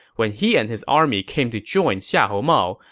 when he and his army came to join xiahou mao,